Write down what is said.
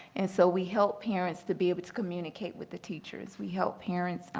and so we help parents to be able to communicate with the teachers. we help parents,